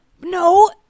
No